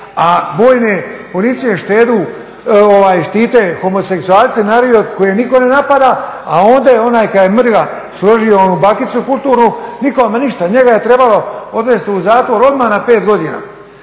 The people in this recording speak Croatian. A bojne policije štite homoseksualce na Rivi koje nitko ne napada, a ondje onaj kad je mrga složio onu bakicu kulturnu nikome ništa. Njega je trebalo odvesti u zatvor odmah na pet godina.